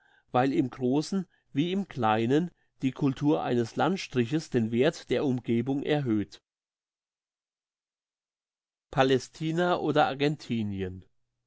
weil im grossen wie im kleinen die cultur eines landstriches den werth der umgebung erhöht palästina oder